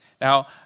Now